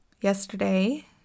yesterday